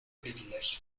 privilegio